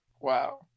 wow